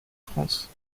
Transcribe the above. france